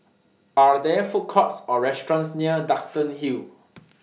Are There Food Courts Or restaurants near Duxton Hill